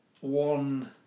one